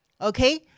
okay